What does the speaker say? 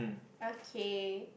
okay